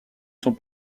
sont